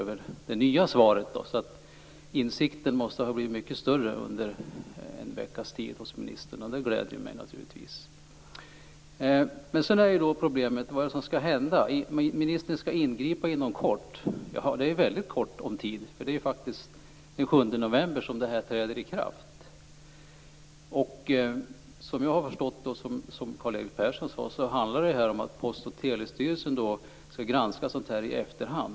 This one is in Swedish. Insikten hos ministern måste ha blivit mycket större under en veckas tid. Och det glädjer mig, naturligtvis. Men problemet är vad som skall hända. Ministern skall ingripa inom kort. Men det är väldigt ont om tid. Förändringarna skall ju träda i kraft den 7 november. Och som jag har förstått det, och som Karl-Erik Persson var inne på, handlar det här om att Post och telestyrelsen skall granska det här i efterhand.